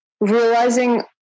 realizing